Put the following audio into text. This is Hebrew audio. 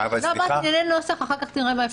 עוד מעט נראה נוסח, ואחר כך מה אפשר לעשות.